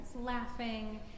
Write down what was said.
laughing